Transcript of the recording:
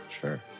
Sure